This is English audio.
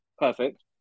Perfect